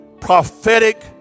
prophetic